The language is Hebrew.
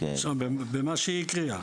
במה שהיא הקריאה.